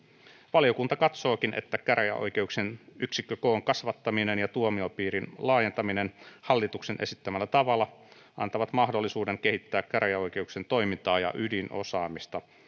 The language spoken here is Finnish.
valiokunta katsookin että käräjäoikeuksien yksikkökoon kasvattaminen ja tuomiopiirin laajentaminen hallituksen esittämällä tavalla antaa mahdollisuuden kehittää käräjäoikeuksien toimintaa ja ydinosaamista